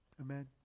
Amen